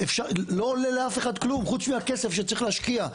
לא עולה לאף אחד כלום חוץ מהכסף שצריך להשקיע,